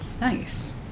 Nice